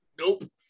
Nope